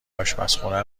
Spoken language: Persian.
آشپرخونه